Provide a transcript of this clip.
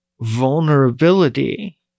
vulnerability